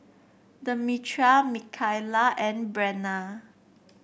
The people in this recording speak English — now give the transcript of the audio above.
Demetria Mikaila and Brenna